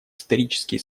исторические